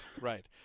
right